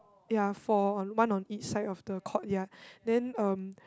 ya four on one of each side of the courtyard then um